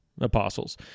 apostles